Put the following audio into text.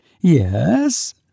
Yes